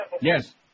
Yes